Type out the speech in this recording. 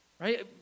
right